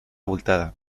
abultada